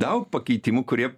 daug pakeitimų kurie